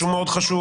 שהוא מאוד חשוב.